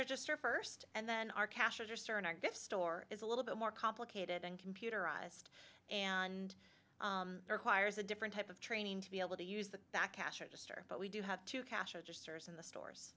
register st and then our cash register in our gifts store is a little bit more complicated and computerized and requires a different type of training to be able to use the back cash register but we do have to cash registers in the stores